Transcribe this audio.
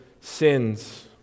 sins